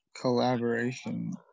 collaboration